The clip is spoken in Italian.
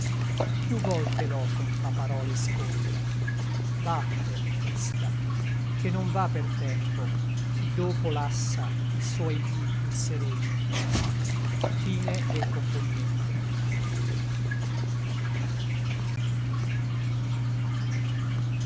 piú volte l'ò con ta parole scorta vattene trista ché non va per tempo chi dopo lassa i suoi dí piú sereni sí